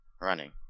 Running